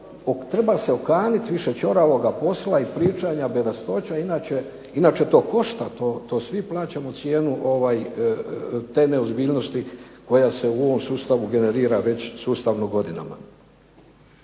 treba se okanit više ćoravoga posla i pričanja bedastoća inače to košta, to svi plaćamo cijenu te neozbiljnosti koja se u ovom sustavu generira već sustavno godinama.